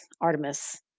Artemis